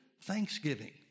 thanksgiving